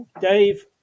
Dave